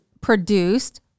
produced